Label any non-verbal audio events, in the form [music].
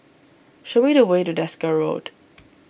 show me the way to Desker Road [noise]